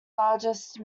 largest